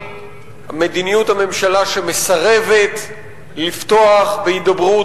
של מדיניות הממשלה שמסרבת לפתוח בהידברות